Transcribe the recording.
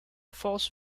false